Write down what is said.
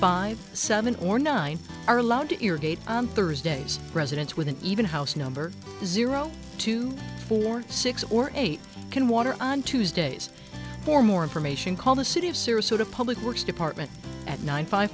five seven or nine are allowed to irrigate on thursdays residents with an even house number zero two four six or eight can water on tuesdays for more information call the city of serious sort of public works department at nine five